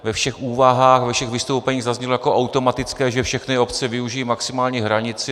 Ve všech úvahách, ve všech vystoupeních zaznělo jako automatické, že všechny obce využijí maximální hranici.